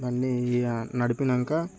బండి ఇగా నడిపినాక